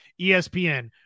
ESPN